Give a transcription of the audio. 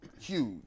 huge